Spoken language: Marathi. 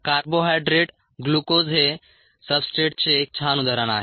कार्बोहायड्रेट ग्लुकोज हे सब्सट्रेटचे एक छान उदाहरण आहे